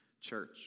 church